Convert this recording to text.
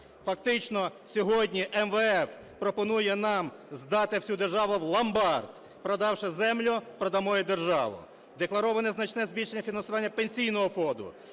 Фактично сьогодні МВФ пропонує нам здати всю державу в ломбард. Продавши землю – продамо і державу. Деклароване значне збільшення Пенсійного фонду